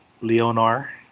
Leonor